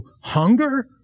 hunger